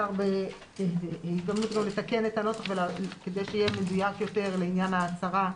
אפשר בהזדמנות זו לתקן את הנוסח כדי שיהיה מדויק יותר לעניין ההצהרה,